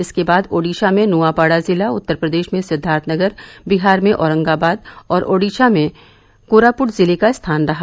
इसके बाद ओडिशा में नुआपाड़ा जिला उत्तर प्रदेश में सिद्वार्थनगर बिहार में औरगांवाद और ओड़िशा में कोरापुट जिले का स्थान रहा